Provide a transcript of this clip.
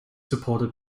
supported